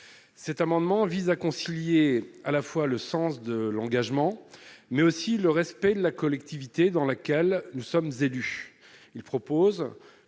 cet amendement vise à concilier à la fois le sens de l'engagement, mais aussi le respect de la collectivité dans laquelle nous sommes élus, il propose